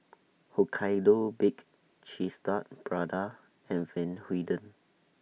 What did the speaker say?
Hokkaido Baked Cheese Tart Prada and Van Houten